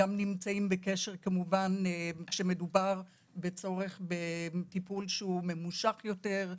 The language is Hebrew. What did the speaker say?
נמצאים בקשר כשמדובר בצורך בטיפול ממושך יותר,